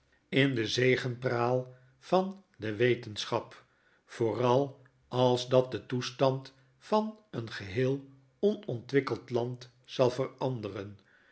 in de zegepraal van de wetenschap vooral als dat den toestand van een geheel onontwikkeld land zal veranderen